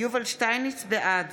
בעד